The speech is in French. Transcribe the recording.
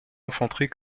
infanterie